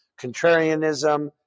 contrarianism